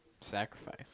Sacrifice